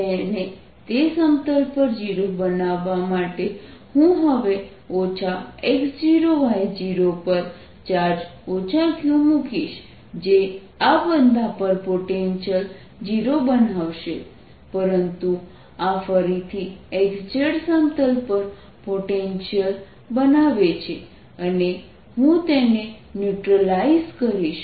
તેને તે સમતલ પર 0 બનાવવા માટે હું હવે x0y0 પર ચાર્જ q મૂકીશ જે આ બધા પર પોટેન્શિયલ 0 બનાવશે પરંતુ આ ફરીથી x z સમતલ પર પોટેન્શિયલ બનાવે છે અને હું તેને ન્યૂટ્રલાઇઝ કરીશ